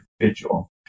individual